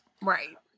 Right